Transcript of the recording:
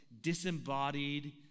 disembodied